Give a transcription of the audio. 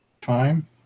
Time